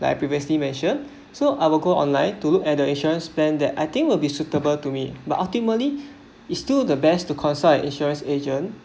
that I previously mention so I will go online to look at the insurance plan that I think will be suitable to me but ultimately is still the best to consult an insurance agent